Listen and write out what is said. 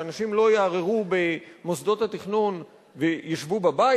שאנשים לא יערערו במוסדות התכנון וישבו בבית?